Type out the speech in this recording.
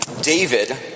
David